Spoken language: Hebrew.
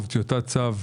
טיוטת צו,